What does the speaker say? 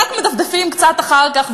כשמדפדפים רק קצת אחר כך,